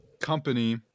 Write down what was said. company